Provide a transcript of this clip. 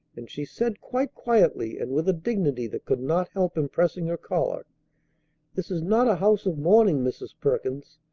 and she said quite quietly and with a dignity that could not help impressing her caller this is not a house of mourning, mrs. perkins.